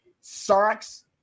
sark's